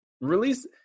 Release